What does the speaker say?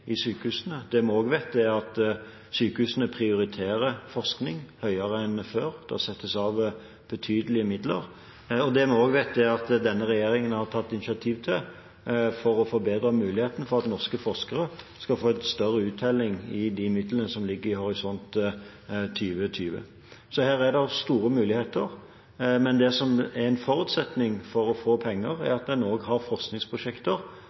i sykehusene. Vi vet også at sykehusene prioriterer forskning høyere enn før, det settes av betydelig med midler. Det vi også vet, er at denne regjeringen har tatt initiativ til å forbedre muligheten for at norske forskere skal få større uttelling i midlene som ligger i Horisont 2020. Her er det store muligheter, men det som er en forutsetning for å få penger, er at en også har forskningsprosjekter